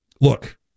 look